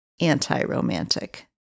anti-romantic